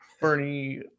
Bernie